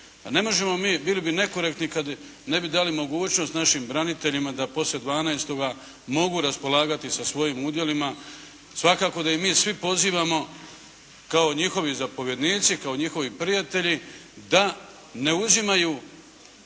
ne možemo mi, bili bi nekorektni kad ne bi dali mogućnost našim branitelja da poslije 12., mogu raspolagati sa svojim udjelima. Svakako da ih i mi svi pozivamo kao njihovi zapovjednici, kao njihovi prijatelji da ne uzimaju